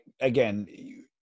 again